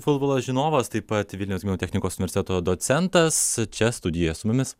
futbolo žinovas taip pat vilniaus gedimino technikos universiteto docentas čia studijoje su mumis